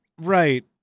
Right